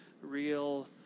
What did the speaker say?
real